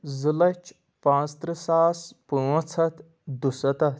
زٕ لچھ پانٛژترٕہ ساس پانٛژھ ہتھ دُسَتتھ